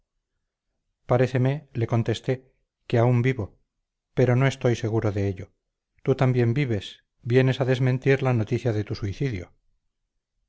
joven paréceme le contesté que aún vivo pero no estoy seguro de ello tú también vives vienes a desmentir la noticia de tu suicidio